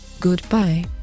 Goodbye